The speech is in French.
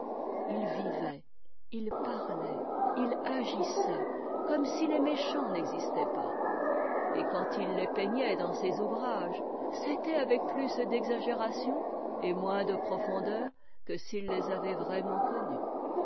il vivait il narlait il r agissait comme si tes méchants n'existaient pas et quand il les peignait dans ses ouvrages c'était avec plus d'exagération et moins de profondeur que s'il les avait vraiment connus